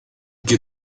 que